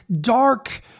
dark